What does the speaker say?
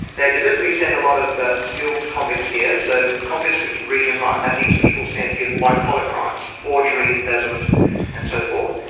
they deliberately sent a lot of skilled convicts here, so convicts who could read and write, that means people sent here for white-collar crimes forgery, embezzlement and so forth,